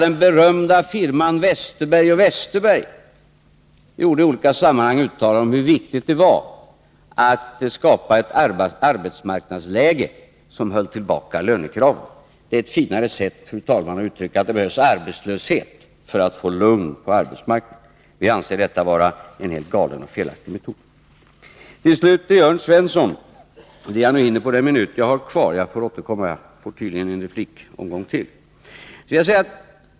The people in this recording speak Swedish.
Den berömda ”firman” Westerberg & Westerberg gjorde i olika sammanhang uttalanden om hur viktigt det var att skapa ett arbetsmarknadsläge som höll tillbaka lönekraven. Det är ett finare sätt, fru talman, att uttrycka att det behövs arbetslöshet för att få lugn på arbetsmarknaden. Vi anser detta vara en helt galen och felaktig metod. Till sist hinner jag bara säga några få ord till Jörn Svensson under den minut som jag har kvar av min taletid. Jag får återkomma — det blir tydligen en replikomgång till.